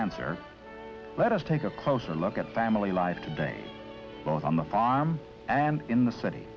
answer let us take a closer look at family life today on the farm and in the city